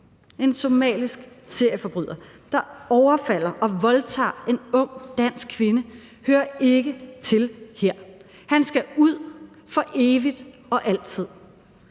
En somalisk serieforbryder, der overfalder og voldtager en ung dansk kvinde, hører ikke til her. Han skal ud for evigt. Og indtil